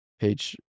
page